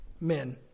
men